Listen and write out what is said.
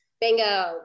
bingo